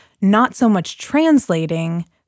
not-so-much-translating